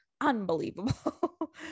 Unbelievable